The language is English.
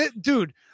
Dude